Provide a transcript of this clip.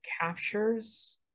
captures